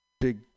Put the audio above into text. big